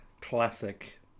classic